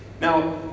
Now